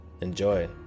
Enjoy